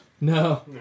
no